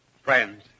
Friends